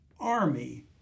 Army